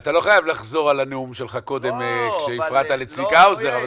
אתה לא חייב לחזור על הנאום שלך קודם כשהפרעת לצביקה האוזר,